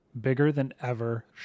bigger-than-ever